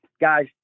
guy's